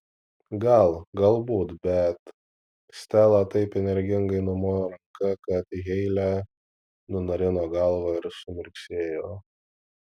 gal galbūt bet stela taip energingai numojo ranka kad heile nunarino galvą ir sumirksėjo